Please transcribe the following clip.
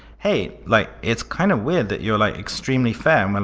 hey, like it's kind of weird that you're like extremely fair. um and